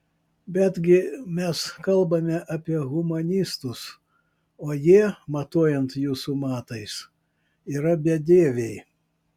betgi mes kalbame apie humanistus o jie matuojant jūsų matais yra bedieviai